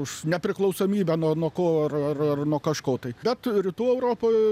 už nepriklausomybę nuo ko ir ir nuo kažko tai bet rytų europoj